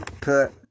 put